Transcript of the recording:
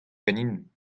ganin